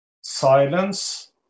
silence